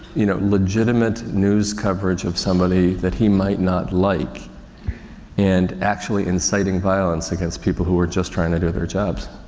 you know, legitimate news coverage of somebody that he might not like and actually inciting violence against people who are just trying to do their.